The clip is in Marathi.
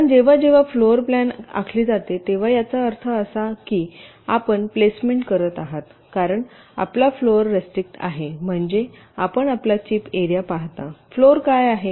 कारण जेव्हा जेव्हा फ्लोर प्लॅन आखली जाते तेव्हा याचा अर्थ असा की आपण प्लेसमेंट करत आहात कारण आपला फ्लोर रेस्ट्रीक आहे म्हणजे आपण आपला चिप एरिया पाहता फ्लोर काय आहे